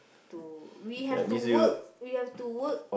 to we have to work we have to work